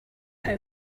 how